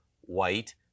white